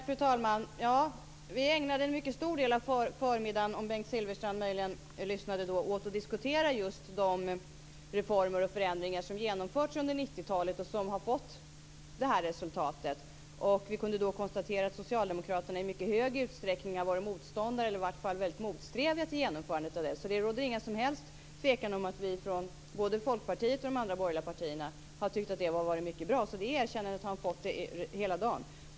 Fru talman! Ja, vi ägnade en mycket stor del av förmiddagen - om Bengt Silfverstrand möjligen lyssnade då - åt att diskutera just de reformer och förändringar som har genomförts under 90-talet och som har fått det här resultatet. Vi kunde då konstatera att Socialdemokraterna i mycket stor utsträckning har varit väldigt motsträviga till genomförandet av detta. Det råder inget som helst tvivel om att vi både i Folkpartiet och i de andra borgerliga partierna har tyckt att det har varit mycket bra. Det erkännandet har ni fått hela dagen.